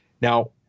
Now